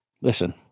Listen